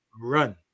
run